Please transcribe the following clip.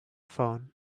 phone